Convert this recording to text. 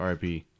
RIP